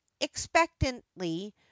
expectantly